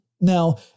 Now